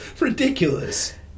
Ridiculous